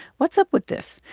what's up with this?